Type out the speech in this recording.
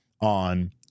on